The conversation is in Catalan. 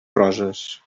roses